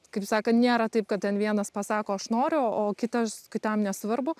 kaip sakant nėra taip kad ten vienas pasako aš noriu o kitas kitam nesvarbu